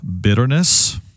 bitterness